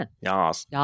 Yes